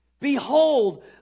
Behold